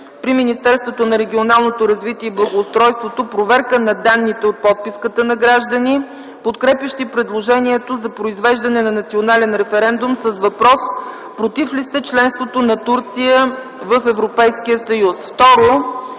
при Министерството на регионалното развитие и благоустройството проверка на данните от подписката на граждани, подкрепящи предложението за произвеждане на национален референдум с въпрос: „Против ли сте членството на Турция в Европейския съюз?”.